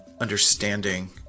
understanding